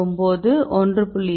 9 1